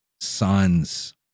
sons